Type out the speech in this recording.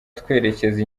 twerekeza